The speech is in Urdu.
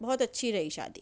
بہت اچھی رہی شادی